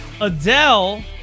Adele